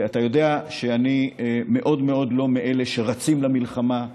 ואתה יודע שאני מאוד מאוד לא מאלה שרצים למלחמה,